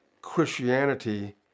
Christianity